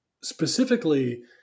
specifically